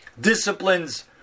disciplines